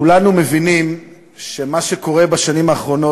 כולנו מבינים שמה שקורה בשנים האחרונות